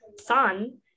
son